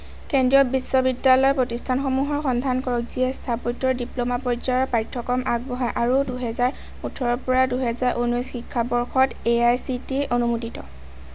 কেন্দ্ৰীয় বিশ্ববিদ্যালয় প্ৰতিষ্ঠানসমূহৰ সন্ধান কৰক যিয়ে স্থাপত্যৰ ডিপ্ল'মা পৰ্যায়ৰ পাঠ্যক্ৰম আগবঢ়ায় আৰু দুহেজাৰ ওঠৰৰ পৰা দুহেজাৰ ঊনৈছ শিক্ষাবৰ্ষত এআইচিটিই অনুমোদিত